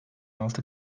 altı